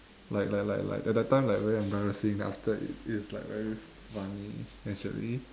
like like like like at that time like very embarrassing then after that it's like very funny actually